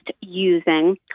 using